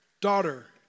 Daughter